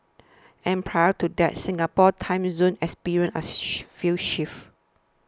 and prior to that Singapore's time zone experienced a few shifts